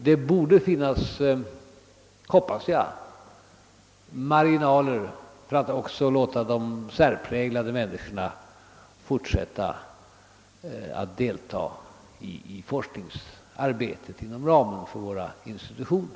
Det borde, hoppas jag, finnas marginaler för att också låta de särpräglade människorna fortsätta att deltaga i forskningsarbetet inom ramen för våra institutioner.